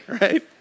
Right